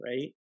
right